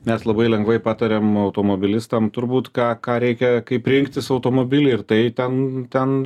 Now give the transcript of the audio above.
mes labai lengvai patariam automobilistam turbūt ką ką reikia kaip rinktis automobilį ir tai ten ten